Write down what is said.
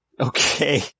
Okay